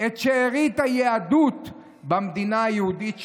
את שארית היהדות במדינה היהודית שלנו.